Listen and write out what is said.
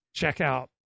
checkout